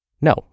No